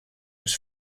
was